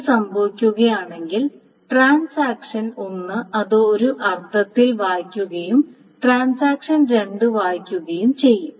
ഇത് സംഭവിക്കുകയാണെങ്കിൽ ട്രാൻസാക്ഷൻ 1 അത് ഒരു അർത്ഥത്തിൽ വായിക്കുകയും ട്രാൻസാക്ഷൻ 2 വായിക്കുകയും ചെയ്യും